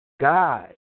God